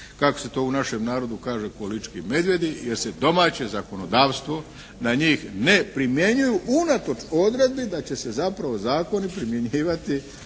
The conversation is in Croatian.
kako se to u našem narodu kaže ko lički medvjedi jer se domaće zakonodavstvo na njih ne primjenjuju unatoč odredbi da će se zapravo zakoni primjenjivati